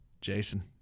Jason